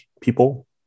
people